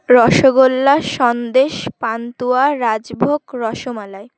rasgulla sandesh pantua rajbhog rasmalai